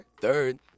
Third